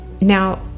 now